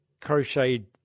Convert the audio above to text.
crocheted